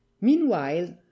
Meanwhile